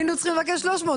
היינו צריכים לבקש 300,